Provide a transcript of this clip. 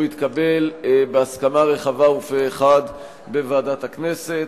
הוא התקבל בהסכמה רחבה ופה-אחד בוועדת הכנסת.